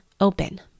open